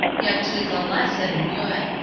yet tis a lesson good.